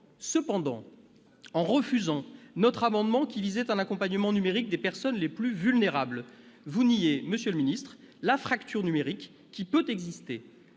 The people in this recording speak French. Cependant, en refusant notre amendement qui visait à un accompagnement numérique des personnes les plus vulnérables, vous niez, monsieur le secrétaire d'État, la fracture numérique qui peut exister.